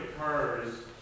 occurs